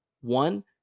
One